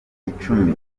icumi